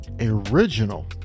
Original